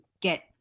get